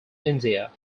india